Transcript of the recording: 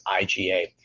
IgA